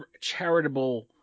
charitable